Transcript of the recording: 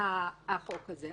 החוק הזה.